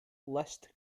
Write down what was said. list